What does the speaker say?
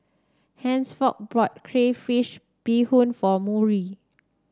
Hansford bought Crayfish Beehoon for Murry